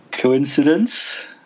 Coincidence